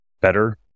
better